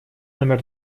номер